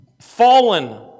Fallen